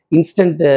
Instant